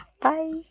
Bye